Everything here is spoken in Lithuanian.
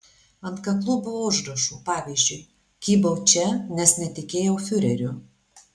ant kaklų buvo užrašų pavyzdžiui kybau čia nes netikėjau fiureriu